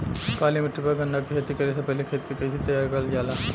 काली मिट्टी पर गन्ना के खेती करे से पहले खेत के कइसे तैयार करल जाला?